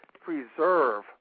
preserve